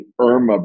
IRMA